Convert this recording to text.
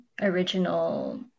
original